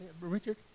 Richard